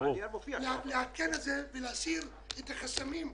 יש להקל את זה ולהסיר את החסמים.